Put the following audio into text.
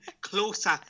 closer